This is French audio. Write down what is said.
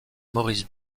maurice